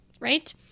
right